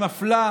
מפלה,